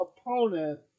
opponent